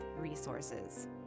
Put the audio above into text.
resources